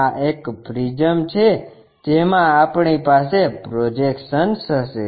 આ એક પ્રીઝમ છે જેમાં આપણી પાસે પ્રોજેક્શન્સ હશે